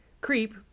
Creep